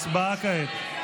הצבעה כעת.